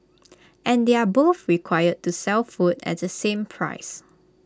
and they're both required to sell food at the same price